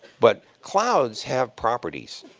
but clouds have properties.